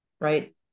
Right